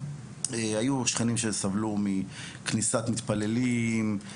היו שכנים שסבלו מכניסת מתפללים,